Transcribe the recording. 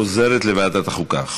חוזרת לוועדת החוקה.